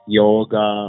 yoga